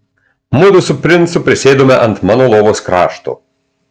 mudu su princu prisėdome ant mano lovos krašto